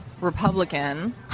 Republican